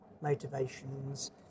motivations